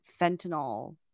fentanyl